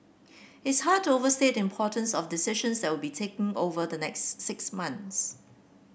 it's hard to overstate the importance of the decisions that will be taken over the next six months